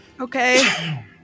Okay